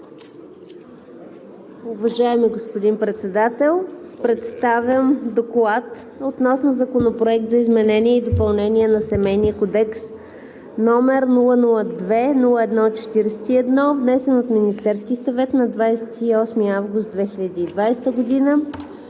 Уважаеми господин Председател! Представям „Доклад относно Законопроект за изменение и допълнение на Семейния кодекс, № 002-01-41, внесен от Министерския съвет на 29 август 2020 г.,